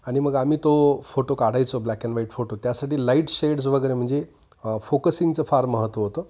आनि मग आम्ही तो फोटो काढायचो ब्लॅक अँड व्हाईट फोटो त्यासाठी लाईट शेड्स वगैरे म्हणजे फोकसिंगचं फार महत्त्व होतं